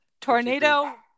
tornado